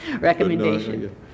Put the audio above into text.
recommendation